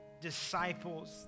disciples